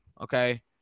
okay